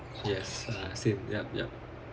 yes ah same yup yup